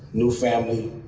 new family,